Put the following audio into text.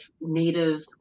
native